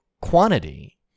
quantity